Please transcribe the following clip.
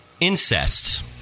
incest